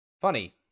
Funny